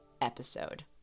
episode